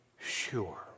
sure